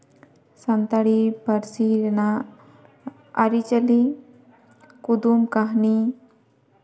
ᱥᱟᱱᱛᱟᱲᱤ ᱯᱟᱹᱨᱥᱤ ᱨᱮᱱᱟᱜ ᱟᱹᱨᱤᱪᱟᱹᱞᱤ ᱠᱩᱫᱩᱢ ᱠᱟᱹᱦᱱᱤ